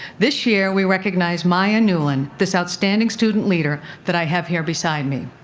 this year we recognize maya newlin, this outstanding student leader that i have here beside me.